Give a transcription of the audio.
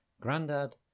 Grandad